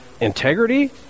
integrity